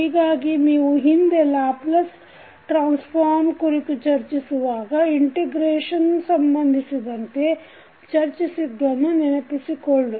ಹೀಗಾಗಿ ನೀವು ಹಿಂದೆ ಲ್ಯಾಪ್ಲಸ್ ಟ್ರಾನ್ಸ್ ಫಾರ್ಮ್ ಕುರಿತು ಚರ್ಚಿಸುವಾಗ ಇಂಟಿಗ್ರೇಷನ್ ಸಂಬಂಧಿಸಿದಂತೆ ಚರ್ಚಿಸಿದ್ದನ್ನು ನೆನಪಿಸಿಕೊಳ್ಳಿ